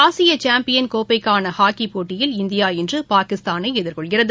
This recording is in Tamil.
ஆசியசாம்பியன் கோப்பைக்கானஹாக்கிபோட்டியில் இந்தியா இன்றுபாகிஸ்தானைஎதிர்கொள்கிறது